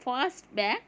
fast back